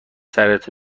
سرته